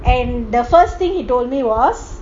and the first thing he told me was